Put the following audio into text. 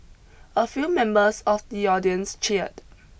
a few members of the audience cheered